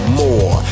more